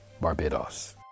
Barbados